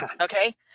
Okay